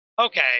okay